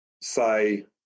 say